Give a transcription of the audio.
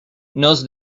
nos